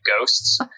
ghosts